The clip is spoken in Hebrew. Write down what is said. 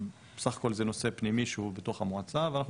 ובסך הכל זה נושא פנימי שהוא בתוך המועצה ואנחנו